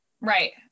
Right